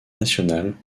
nationale